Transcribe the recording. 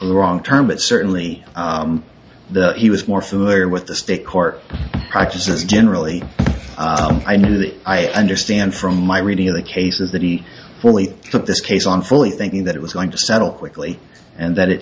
wrong term but certainly that he was more familiar with the state court practices generally i know that i understand from my reading of the cases that he really took this case on fully thinking that it was going to settle quickly and that it